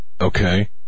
Okay